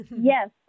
Yes